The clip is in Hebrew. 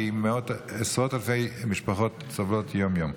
כי עשרות אלפי משפחות סובלת יום-יום.